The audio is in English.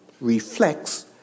reflects